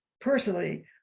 personally